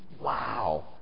Wow